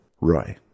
Roy